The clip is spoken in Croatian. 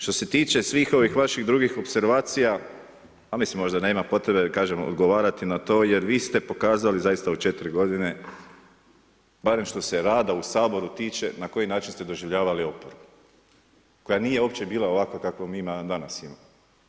Što se tiče svih ovih vaših drugih opservacija, pa mislim, možda nema potrebe da kažem odgovarati na to, jer vi ste pokazali, zaista u 4 g. barem što se rada u Saboru tiče, na koji način ste doživljavali oporbu, koja nije uopće bila ovakava kakvu mi danas imamo.